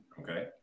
okay